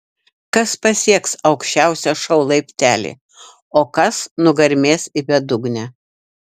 kas pasieks aukščiausią šou laiptelį o kas nugarmės į bedugnę